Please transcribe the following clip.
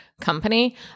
company